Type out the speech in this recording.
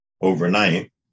overnight